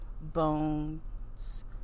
bones